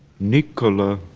nikola